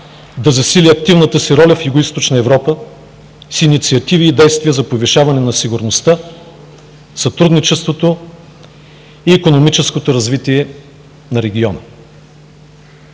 да засили активната си роля в Югоизточна Европа с инициативи и действия за повишаване на сигурността, сътрудничеството и икономическото развитие на региона.